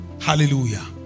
Hallelujah